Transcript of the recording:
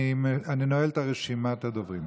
אני נועל את רשימת הדוברים.